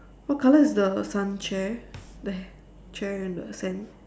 what colour is the sun chair the chair in the sand